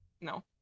No